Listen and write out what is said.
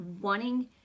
wanting